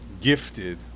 gifted